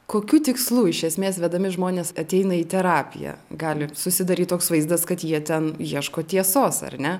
kokiu tikslu iš esmės vedami žmonės ateina į terapiją gali susidaryt toks vaizdas kad jie ten ieško tiesos ar ne